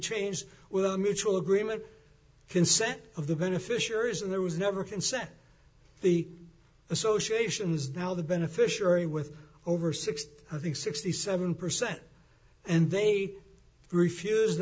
changed with a mutual agreement consent of the beneficiaries and there was never consent the association's now the beneficiary with over sixty i think sixty seven percent and they refuse